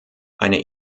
eine